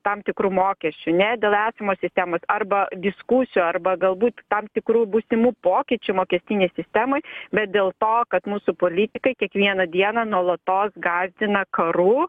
tam tikrų mokesčių ne dėl esamos sistemos arba diskusijų arba galbūt tam tikrų būsimų pokyčių mokestinėj sistemoj bet dėl to kad mūsų politikai kiekvieną dieną nuolatos gąsdina karu